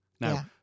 Now